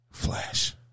Flash